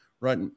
right